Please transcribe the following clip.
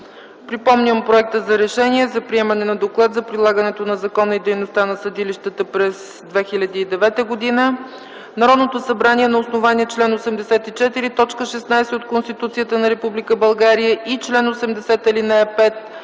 Припомням проекта за: „РЕШЕНИЕ за приемане на Доклад за прилагането на закона и за дейността на съдилищата през 2009 г. Народното събрание на основание чл. 84, т. 16 от Конституцията на Република